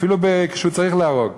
אפילו שהוא צריך להרוג,